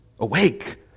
Awake